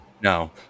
No